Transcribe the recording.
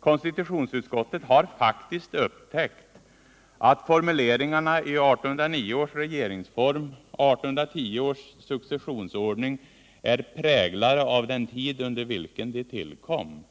Konstitutionsutskottet har faktiskt upptäckt att formuleringarna i 1809 års regeringsform och 1810 års successionsordning är präglade av den tid under vilken de tillkom.